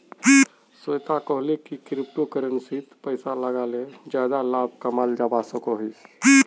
श्वेता कोहले की क्रिप्टो करेंसीत पैसा लगाले ज्यादा लाभ कमाल जवा सकोहिस